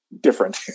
Different